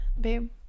babe